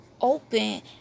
open